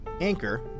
Anchor